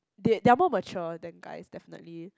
they they're more mature than guys definitely